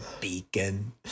beacon